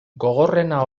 gogorrena